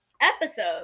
episode